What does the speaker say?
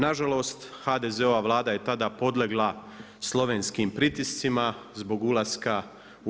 Nažalost, HDZ-ova Vlada je tada podlegla slovenskim pritiscima zbog ulaska u EU.